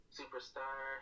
superstar